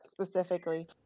specifically